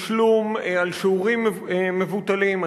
תשלום על שיעורים מבוטלים.